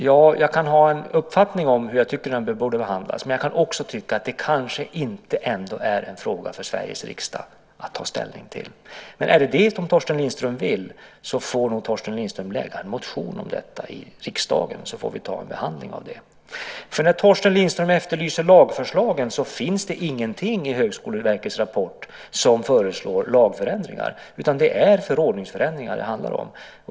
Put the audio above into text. Jag kan ha en uppfattning om hur jag tycker att den borde behandlas, men jag kan också tycka att det kanske ändå inte är en fråga för Sveriges riksdag att ta ställning till. Men är det detta som Torsten Lindström vill får han lämna en motion om det till riksdagen, så får vi behandla den. Torsten Lindström efterlyser lagförslag. Det finns ingenting i Högskoleverkets rapport som förutsätter lagförändringar, utan det är förordningsförändringar det handlar om.